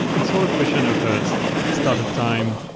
it's all a question of of startup time.